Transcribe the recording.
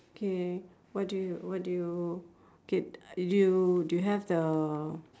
K what do you what do you K you do you have the